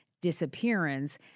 disappearance